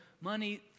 money